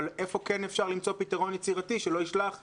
אבל איפה כן אפשר למצוא פתרון יצירתי שלא ישלח צעירים,